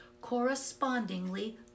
correspondingly